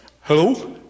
Hello